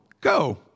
go